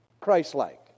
Christ-like